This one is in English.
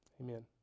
Amen